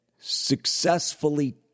successfully